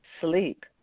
sleep